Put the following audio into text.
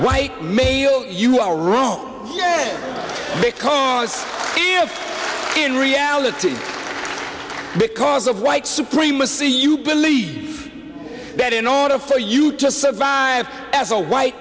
white meal you are wrong because in reality because of white supremacy you believe that in order for you to survive as a white